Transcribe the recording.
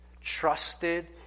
trusted